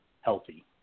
healthy